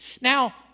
Now